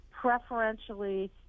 preferentially